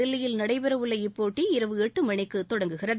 தில்லியில் நடைபெறவுள்ள இப்போட்டி இரவு எட்டு மணிக்கு தொடங்குகிறது